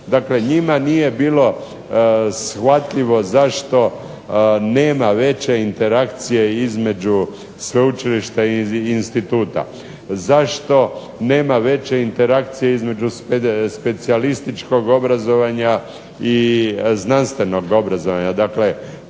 Dakle, njima nije bilo shvatljivo zašto nema veće interakcije između sveučilišta i instituta, zašto nema veće interakcije između specijalističkog obrazovanja i znanstvenog obrazovanja,